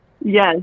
Yes